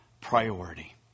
priority